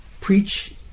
preach